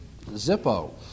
Zippo